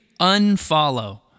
Unfollow